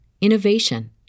innovation